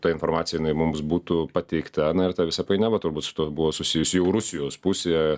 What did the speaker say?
ta informacija jinai mums būtų pateikta na ir ta visa painiava turbūt su tuo buvo susijusi jau rusijos pusėje